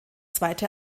zweite